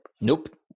nope